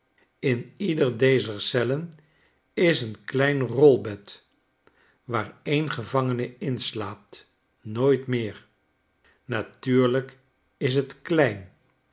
in ieder dezer cellen is een klein rolbed waar een gevangene in slaapt nooit meer natuurlijk is het klein